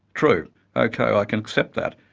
true, okay, i can accept that.